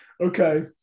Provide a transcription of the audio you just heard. Okay